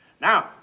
now